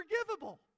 unforgivable